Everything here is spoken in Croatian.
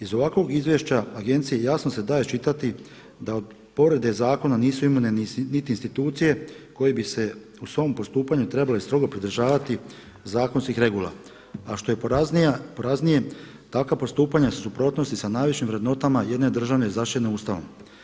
Iz ovakvog izvješća agencije jasno se da iščitati da povrede zakona nisu imune niti institucije koje bi se u svom postupanju trebale strogo pridržavati zakonskih regula, a što je poraznije takva postupanja su u suprotnosti sa najvišim vrednotama jedne države zaštićene Ustavom.